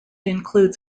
includes